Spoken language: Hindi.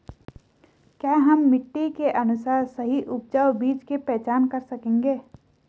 क्या हम मिट्टी के अनुसार सही उपजाऊ बीज की पहचान कर सकेंगे?